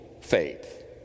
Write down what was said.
faith